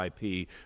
IP